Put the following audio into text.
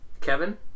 Kevin